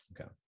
Okay